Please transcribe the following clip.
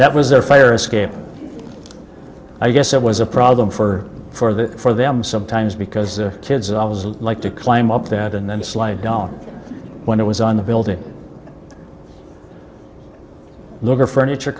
that was their fire escape i guess it was a problem for them for the for them sometimes because the kids i was like to climb up that and then slide down when it was on the building look or furniture